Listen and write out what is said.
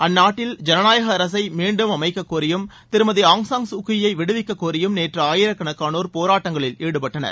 அந்நாட்டில் ஜனநாயக அரசை மீண்டும் அமைக்கக்கோரியும் திருமதி ஆங்சாக் சுகியை விடுவிக்க கோரியும் நேற்றும் ஆயிரக்கணக்கானோர் போராட்டங்களில் ஈடுபட்டனர்